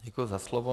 Děkuji za slovo.